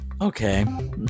Okay